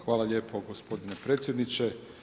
Hvala lijepo gospodine predsjedniče.